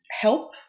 help